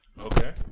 Okay